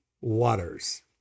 waters